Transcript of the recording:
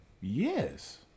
Yes